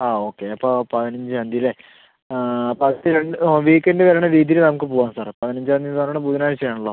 ആ ഓക്കെ അപ്പം പതിനഞ്ചാം തീയതി അല്ലേ പത്ത് രണ്ട് ആ വീക്കെൻഡ് വരുന്ന രീതിയിൽ നമുക്ക് പോവാം സാറെ പതിനഞ്ചാം തീയതി എന്ന് പറയുന്നത് ബുധനാഴ്ച്ച ആണല്ലോ